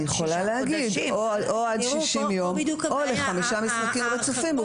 אני יכולה להגיד: או עד 60 יום או לחמישה משחקים רצופים,